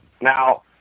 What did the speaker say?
now